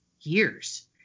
years